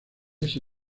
ese